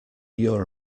your